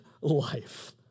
life